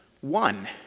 One